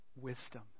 wisdom